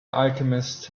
alchemist